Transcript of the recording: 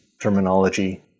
terminology